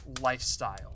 lifestyle